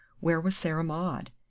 where was sarah maud!